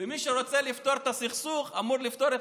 ומי שרוצה לפתור את הסכסוך אמור לפתור את